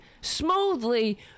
smoothly